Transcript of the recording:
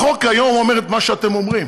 החוק כיום אומר את מה שאתם אומרים.